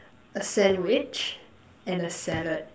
a sandwich and a salad